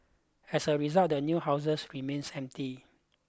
as a result the new houses remains empty